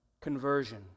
Conversion